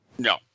No